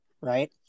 right